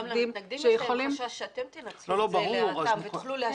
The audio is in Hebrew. גם למתנגדים יש חשש שאתם תנצלו את זה לרעתם ותוכלו להשתיק אותם.